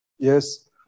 Yes